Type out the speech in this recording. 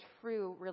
true